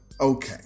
okay